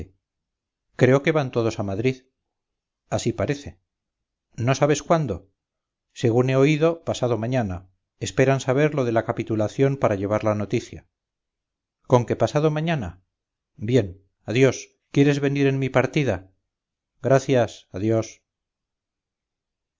creo que van todos para madrid así parece no sabes cuándo según he oído pasado mañana esperan saber lo de la capitulación para llevar la noticia conque pasado mañana bien adiós quieres venir en mi partida gracias adiós